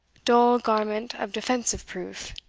dull garment of defensive proof,